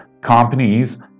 companies